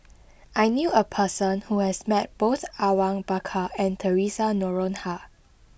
I knew a person who has met both Awang Bakar and Theresa Noronha